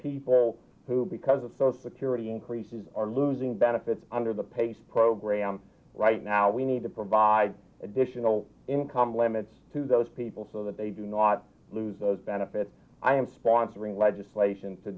people who because of social security increases are losing benefits under the pace program right now we need to provide additional income limits to those people so that they do not lose those benefits i am sponsoring legislation to